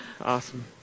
awesome